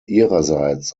ihrerseits